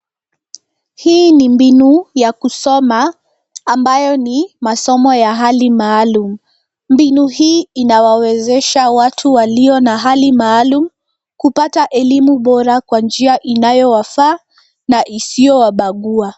Hii ni mbinu ya kusoma, ambayo ni masomo ya hali maalum. Mbinu hii inawawezesha watu walio na hali maalum kupata elimu bora kwa njia inayowafaa na isiyowabagua.